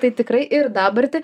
tai tikrai ir dabartį